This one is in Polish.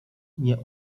nie